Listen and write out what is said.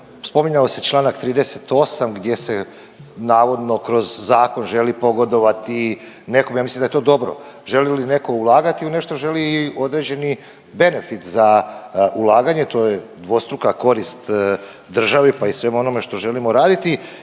Spominjao se čl. 38. gdje se navodno kroz zakon želi pogodovati nekome. Ja mislim da je to dobro, želi li neko ulagati u nešto, želi određeni benefit za ulaganje, to je dvostruka korist državi, pa i svemu onome što želimo raditi.